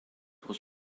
was